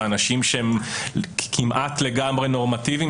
"האנשים שהם כמעט לגמרי נורמטיביים",